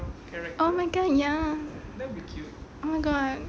oh my god ya oh my god